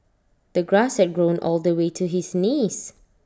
the grass had grown all the way to his knees